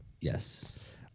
Yes